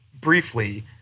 briefly